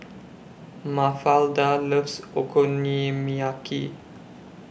Mafalda loves Okonomiyaki